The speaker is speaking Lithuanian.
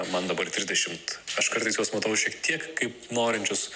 man dabar trisdešimt aš kartais juos matau šiek tiek kaip norinčius